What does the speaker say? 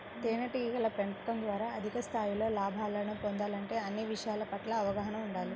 తేనెటీగల పెంపకం ద్వారా అధిక స్థాయిలో లాభాలను పొందాలంటే అన్ని విషయాల పట్ల అవగాహన ఉండాలి